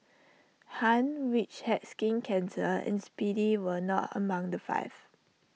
han which had skin cancer and speedy were not among the five